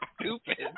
Stupid